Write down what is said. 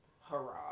hurrah